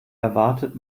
erwartet